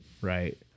Right